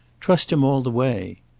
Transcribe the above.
trust him all the way.